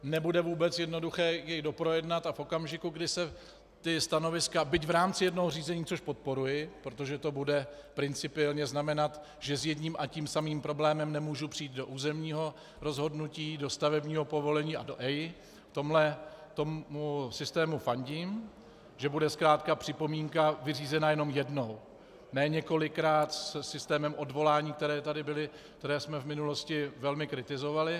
Nebude vůbec jednoduché jej doprojednat a v okamžiku, kdy se stanoviska, byť v rámci jednoho řízení což podporuji, protože to bude principiálně znamenat, že s jedním a tím samým problémem nemůžu přijít do územního rozhodnutí, do stavebního povolení a do EIA, tomu systému fandím, že bude zkrátka připomínka vyřízena jenom jednou, ne několikrát se systémem odvolání, který tady byl, který jsme v minulosti velmi kritizovali.